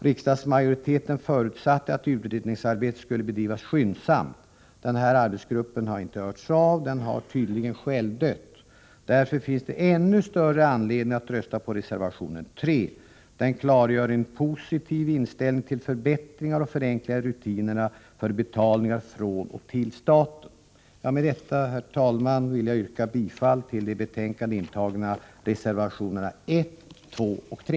Riksdagsmajoriteten förutsatte att utredningsarbetet skulle bedrivas skyndsamt. Arbetsgruppen har inte hörts av— den har tydligen självdött. Därför finns det ännu större anledning att rösta på reservation 3. Den klargör en positiv inställning till förbättringar och förenklingar i rutinerna för betalningar från och till staten. Med detta, herr talman, vill jag yrka bifall till de i betänkandet intagna reservationerna 1, 2 och 3.